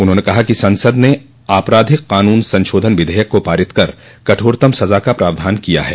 उन्होंने कहा कि संसद ने आपराधिक कानून संशोधन विधेयक को पारित कर कठोरतम सजा का प्रावधान किया है